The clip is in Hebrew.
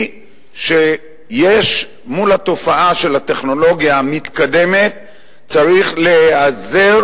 היא שמול התופעה של הטכנולוגיה המתקדמת צריך להיעזר